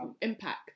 impact